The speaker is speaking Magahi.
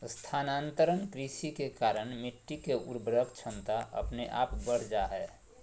स्थानांतरण कृषि के कारण मिट्टी के उर्वरक क्षमता अपने आप बढ़ जा हय